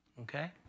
Okay